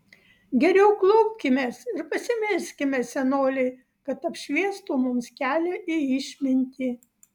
geriau klaupkimės ir pasimelskime senolei kad apšviestų mums kelią į išmintį